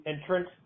entrance